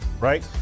right